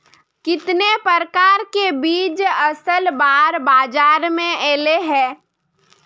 कितने प्रकार के बीज असल बार बाजार में ऐले है?